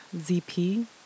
Z-P